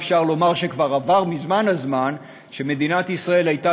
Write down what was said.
ואפשר לומר שכבר עבר מזמן הזמן שמדינת ישראל הייתה